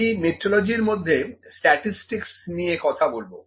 আমি মেট্রোলজির মধ্যে স্ট্যাটিসটিকস নিয়ে কথা বলবো